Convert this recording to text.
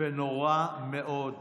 ונורא מאוד